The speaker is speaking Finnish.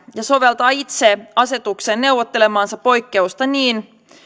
ja soveltaa itse asetukseen neuvottelemaansa poikkeusta niin